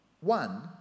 One